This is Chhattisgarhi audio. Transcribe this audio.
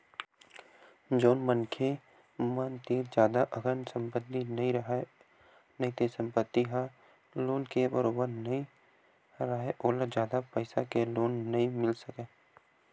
जउन मनखे मन तीर जादा अकन संपत्ति नइ राहय नइते संपत्ति ह लोन के बरोबर नइ राहय ओला जादा पइसा के लोन नइ मिल सकय